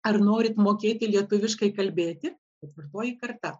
ar norit mokėti lietuviškai kalbėti ketvirtoji karta